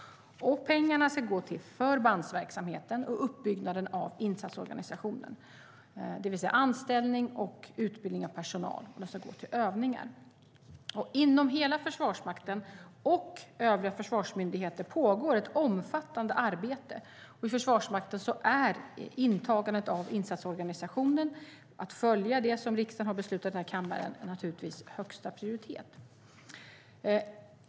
Pengarna ska gå till förbandsverksamheten och uppbyggnaden av insatsorganisationen, det vill säga anställning och utbildning av personal, och de ska gå till övningar. Inom hela Försvarsmakten och övriga försvarsmyndigheter pågår ett omfattande arbete. I Försvarsmakten är intagandet av insatsorganisationen, som riksdagen har beslutat, naturligtvis högsta prioritet.